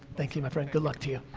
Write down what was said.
thank you, my friend, good luck to you.